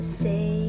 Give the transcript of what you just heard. say